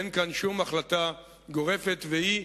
אין כאן שום החלטה גורפת, והיא,